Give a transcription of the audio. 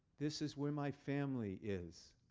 this is where my family is.